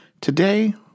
Today